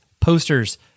posters